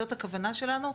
זאת הכוונה שלנו.